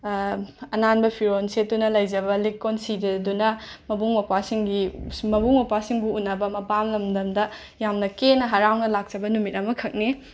ꯑꯅꯥꯟꯕ ꯐꯤꯔꯣꯜ ꯁꯦꯠꯇꯨꯅ ꯂꯩꯖꯕ ꯂꯤꯛ ꯀꯣꯟ ꯁꯤꯖꯗꯨꯅꯥ ꯃꯕꯨꯡ ꯃꯧꯄ꯭ꯋꯥꯁꯤꯡꯒꯤ ꯁ ꯃꯕꯨꯡ ꯃꯧꯄ꯭ꯋꯥꯁꯤꯡꯕꯨ ꯎꯟꯅꯕ ꯃꯄꯥꯝ ꯂꯝꯗꯝꯗ ꯌꯥꯝꯅ ꯀꯦꯅ ꯍꯔꯥꯎꯅ ꯂꯥꯛꯆꯕ ꯅꯨꯃꯤꯠ ꯑꯃꯈꯛꯅꯤ